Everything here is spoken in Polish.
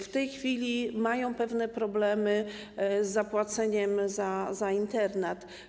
W tej chwili mają pewne problemy z zapłaceniem za internat.